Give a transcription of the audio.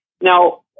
Now